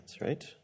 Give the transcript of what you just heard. right